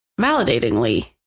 validatingly